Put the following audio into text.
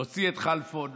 להוציא את כלפון,